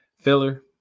Filler